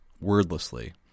wordlessly